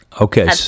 okay